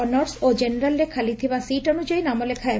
honours ଓ ଜେନେରାଲରେ ଖାଲିଥିବା ସିଟ୍ ଅନୁଯାୟୀ ନାମଲେଖା ହେବ